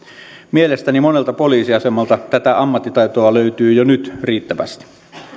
mielestäni monelta poliisiasemalta tätä ammattitaitoa löytyy jo nyt riittävästi